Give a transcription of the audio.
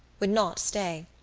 would not stay.